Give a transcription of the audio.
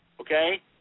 Okay